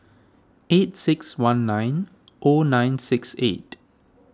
eight six one nine O nine six eight